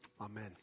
Amen